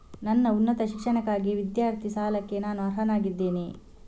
ನನ್ನ ಉನ್ನತ ಶಿಕ್ಷಣಕ್ಕಾಗಿ ವಿದ್ಯಾರ್ಥಿ ಸಾಲಕ್ಕೆ ನಾನು ಅರ್ಹನಾಗಿದ್ದೇನೆಯೇ?